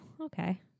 Okay